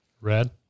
Red